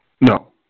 No